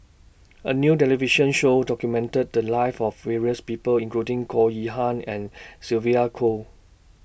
A New television Show documented The Lives of various People including Goh Yihan and Sylvia Kho